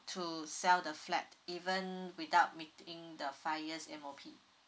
to sell the flat even without meeting the five years M_O_P